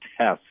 test